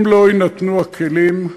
אם לא יינתנו הכלים,